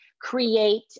create